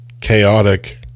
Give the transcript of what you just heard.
chaotic